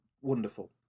wonderful